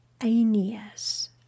Aeneas